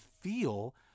feel